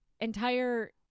entire